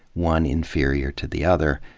one inferior to the other.